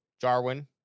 Jarwin